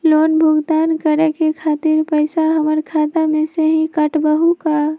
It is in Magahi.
लोन भुगतान करे के खातिर पैसा हमर खाता में से ही काटबहु का?